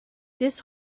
this